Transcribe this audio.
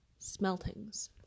Smeltings